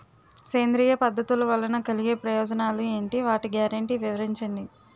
సేంద్రీయ పద్ధతుల వలన కలిగే ప్రయోజనాలు ఎంటి? వాటి గ్యారంటీ వివరించండి?